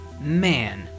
man